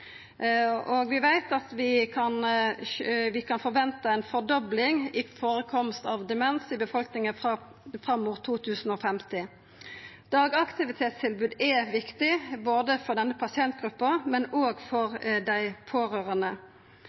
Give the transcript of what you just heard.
Og vi veit at vi kan forventa ei dobling i førekomsten av demens i befolkninga fram mot 2050. Dagaktivitetstilbod er viktig, både for denne pasientgruppa og for dei pårørande.